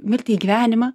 mirtį į gyvenimą